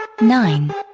nine